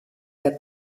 der